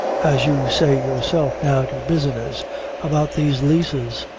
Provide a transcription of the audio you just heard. as you say yourself, now to business about these leases.